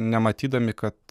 nematydami kad